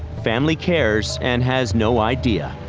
family cares and has no idea.